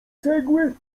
cegły